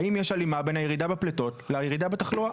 האם יש הלימה בין הירידה בפליטות לירידה בתחלואה?